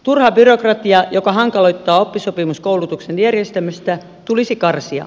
turha byrokratia joka hankaloittaa oppisopimuskoulutuksen järjestämistä tulisi karsia